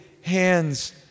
hands